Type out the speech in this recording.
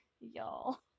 y'all